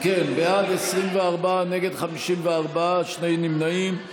בעד, 24, נגד, 54, שני נמנעים,